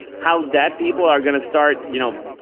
how that people are going to start, you know,